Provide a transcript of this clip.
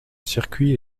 circuit